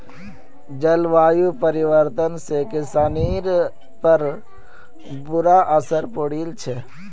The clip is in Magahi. जलवायु परिवर्तन से किसानिर पर बुरा असर पौड़ील छे